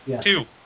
Two